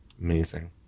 Amazing